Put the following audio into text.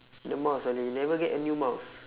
the mouse ah you never get a new mouse